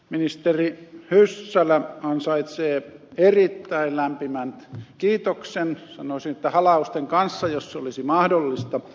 ministeri hyssälä ansaitsee erittäin lämpimän kiitoksen sanoisin että halausten kanssa jos se olisi mahdollista